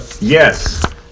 Yes